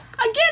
Again